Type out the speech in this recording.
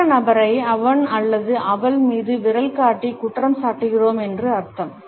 மற்ற நபரை அவன் அல்லது அவள் மீது விரல் காட்டி குற்றம் சாட்டுகிறோம் என்று அர்த்தம்